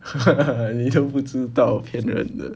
ha ha ha 你都不知道骗人的